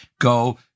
go